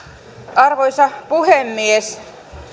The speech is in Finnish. arvoisa puhemies